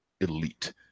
elite